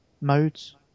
modes